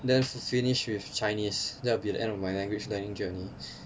then finished with chinese that will be the end of my language learning journeys